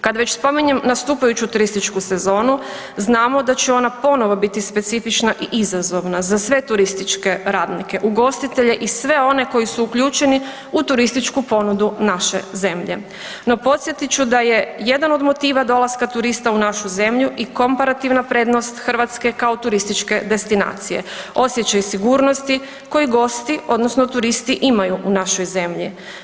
Kad već spominjem nastupajuću turističku sezonu, znamo da će ona ponovno biti specifična i izazovna za sve turističke radnike, ugostitelje i sve one koji su uključeni u turističku ponudu naše zemlje no podsjetit ću da je jedan od motiva dolaska turista u našu zemlju i komparativna prednost Hrvatske kao turističke destinacije, osjećaj sigurnosti koji gosti odnosno turisti imaju u našoj zemlji.